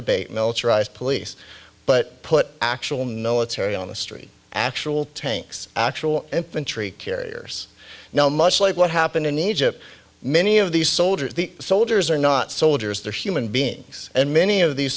debate militarized police but put actual no it's harry on the street actual tanks actual infantry carriers now much like what happened in egypt many of these soldiers the soldiers are not soldiers they're human beings and many of these